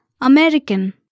American